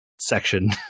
section